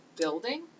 building